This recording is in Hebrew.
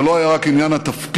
זה לא היה רק עניין התפקיד,